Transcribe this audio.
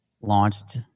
launched